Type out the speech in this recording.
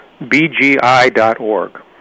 BGI.org